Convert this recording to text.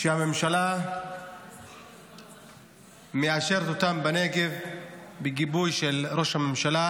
שהממשלה מאשרת בנגב בגיבוי של ראש הממשלה